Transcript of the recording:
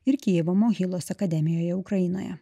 ir kijevo mohylos akademijoje ukrainoje